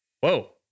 Whoa